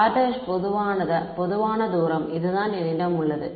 r ′ பொதுவான தூரம் இதுதான் என்னிடம் உள்ளது